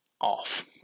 off